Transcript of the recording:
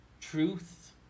Truth